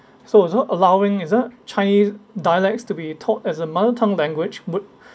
so and so allowing it uh chinese dialects to be taught as a mother tongue language would